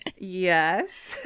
Yes